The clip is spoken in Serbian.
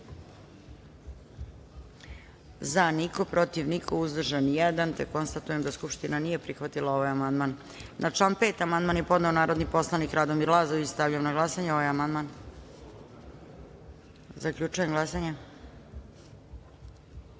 – niko, protiv – niko, uzdržan – jedan. Konstatujem da Skupština nije prihvatila ovaj amandman. Na član 6. amandman je podneo narodni poslanik Miloš Parandilović. Stavljam na glasanje ovaj amandman. Zaključujem glasanje: